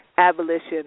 Abolition